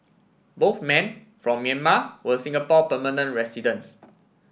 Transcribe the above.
both men from Myanmar were Singapore permanent residents